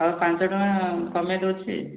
ଆଉ ପାଞ୍ଚ ଟଙ୍କା କମାଇ ଦେଉଛି